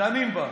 דנים בה,